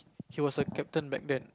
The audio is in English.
he was a captain back then